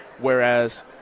Whereas